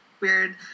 weird